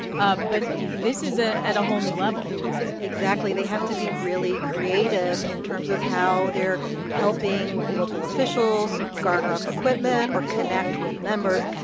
but this is ah at a whole new level exactly. they have to be really creative in terms of how they're helping local officials garner up equipment or connect with members.